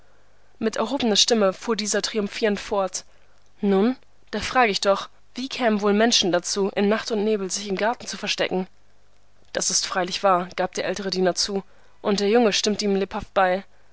mit erhobener stimme fuhr dieser triumphierend fort nun da frage ich doch wie kämen wohl menschen dazu in nacht und nebel sich im garten zu verstecken das ist freilich wahr gab der ältere diener zu und der junge stimmte ihm lebhaft bei